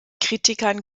kritikern